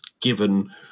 given